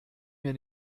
mir